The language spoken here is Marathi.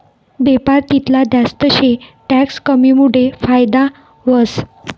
बेपार तितला जास्त शे टैक्स कमीमुडे फायदा व्हस